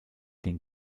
den